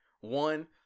one